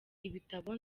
ibitabo